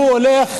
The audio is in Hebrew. שהוא הולך